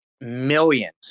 millions